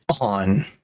on